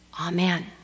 Amen